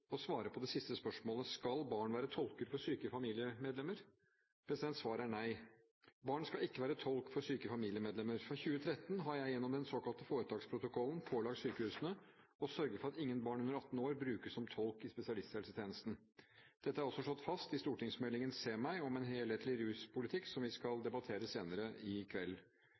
familiemedlemmer? Svaret er nei. Barn skal ikke være tolker for syke familiemedlemmer. Fra 2013 har jeg gjennom den såkalte foretaksprotokollen pålagt sykehusene å sørge for at ingen barn under 18 år brukes som tolk i spesialisthelsetjenesten. Dette er også slått fast i stortingsmeldingen Se meg! En helhetlig rusmiddelpolitikk som vi skal debattere senere i kveld.